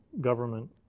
government